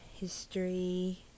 History